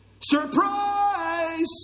Surprise